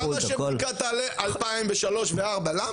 למה שבדיקה תעלה 2,000, 3,000, 4,000?